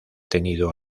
tenido